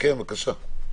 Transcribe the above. כן, בבקשה.